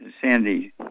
Sandy